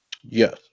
yes